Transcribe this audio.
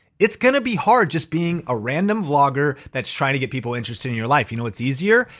it's gonna be hard just being a random vlogger that's trying to get people interested in your life. you know what's easier?